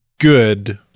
good